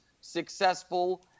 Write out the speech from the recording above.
successful